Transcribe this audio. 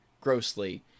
grossly